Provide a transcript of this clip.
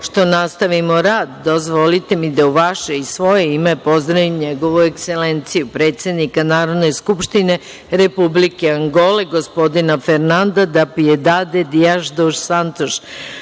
što nastavimo rad, dozvolite mi da u vaše i svoje ime pozdravim Njegovu Ekselenciju, predsednika Narodne skupštine Republike Angole, gospodina Fernanda da Piedad Diaš duš Santuš,